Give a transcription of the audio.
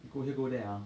you go here go there uh